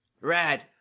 Rad